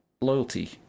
loyalty